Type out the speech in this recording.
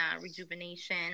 rejuvenation